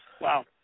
Wow